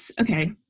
okay